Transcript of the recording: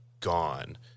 gone